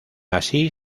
así